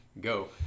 go